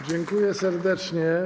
Dziękuję serdecznie.